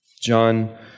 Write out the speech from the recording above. John